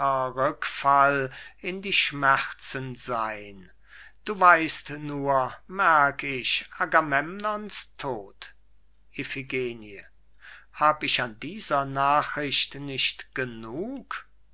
in die schmerzen sein du weißt nur merk ich agamemnons tod iphigenie hab ich an dieser nachricht nicht genug